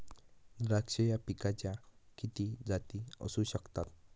द्राक्ष या पिकाच्या किती जाती असू शकतात?